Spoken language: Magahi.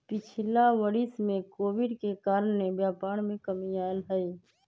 पिछिला वरिस में कोविड के कारणे व्यापार में कमी आयल हइ